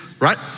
right